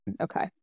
okay